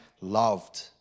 loved